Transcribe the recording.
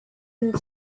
and